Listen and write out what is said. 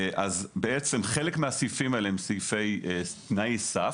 בעצם חלק מהסעיפים הם סעיפי תנאי סף,